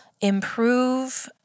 improve